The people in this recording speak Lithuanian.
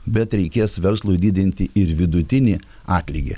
bet reikės verslui didinti ir vidutinį atlygį